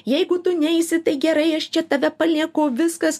jeigu tu neisi tai gerai aš čia tave palieku viskas